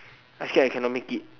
I scared I can't make it